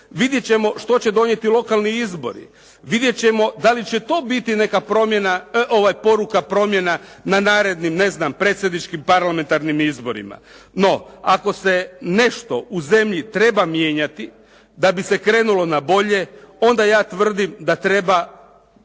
Vidjet ćemo što će donijeti lokalni izbori, vidjet ćemo da li će to biti neka poruka promjena na narednim ne znam predsjedničkim parlamentarnim izborima. No, ako se nešto u zemlji treba mijenjati da bi se krenulo na bolje, onda ja tvrdim da treba